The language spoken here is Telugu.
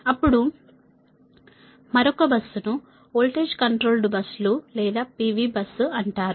అప్పుడు మరొక బస్సును వోల్టేజ్ కంట్రోల్డ్ బస్సులు లేదా PV బస్ అంటారు